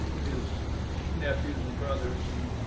his nephews and brothers and